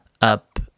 up